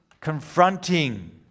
confronting